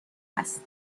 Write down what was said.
است